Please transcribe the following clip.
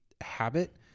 habit